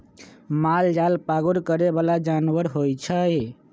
मालजाल पागुर करे बला जानवर होइ छइ